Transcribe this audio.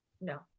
no